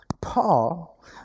Paul